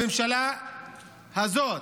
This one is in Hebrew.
הממשלה הזאת